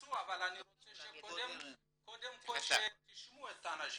תתייחסו אבל אני רוצה שקודם תשמעו את האנשים.